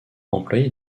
employé